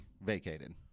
vacated